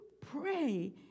pray